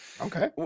Okay